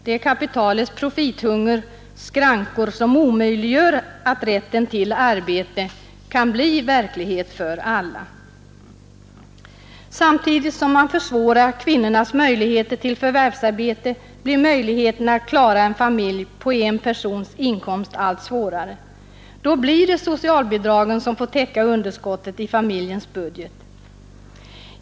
Det är kapitalets profithunger och skrankor som förhindrar att rätten till arbete kan bli verklighet för alla. Samtidigt som man försvårar för kvinnorna att få ett förvärvsarbete blir möjligheterna att klara en familj på en persons inkomst allt mindre. Då blir det socialbidragen som får täcka underskottet i familjens budget.